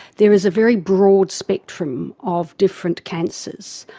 there is a very broad spectrum of different cancers,